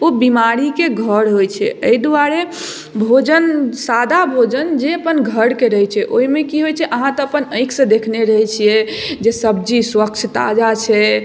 ओ बीमारीके घर होइ छै अइ दुआरे भोजन सादा भोजन जे अपन घरके रहय छै ओइमे की होइ छै अहाँ तऽ अपन आँखिसँ देखने रहय छियै जे सब्जी स्वच्छ ताजा छै